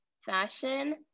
fashion